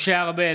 משה ארבל,